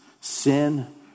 sin